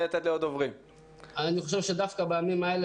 דווקא בימים אלה,